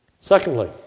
Secondly